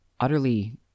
utterly